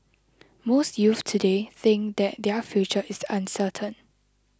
most youths today think that their future is uncertain